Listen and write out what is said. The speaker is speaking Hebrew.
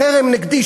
חרם נגדי.